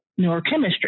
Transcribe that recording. neurochemistry